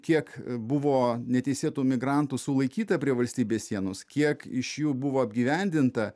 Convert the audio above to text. kiek buvo neteisėtų migrantų sulaikyta prie valstybės sienos kiek iš jų buvo apgyvendinta